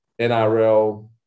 NRL